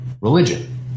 religion